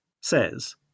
says